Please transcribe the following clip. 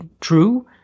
true